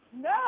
No